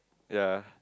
ya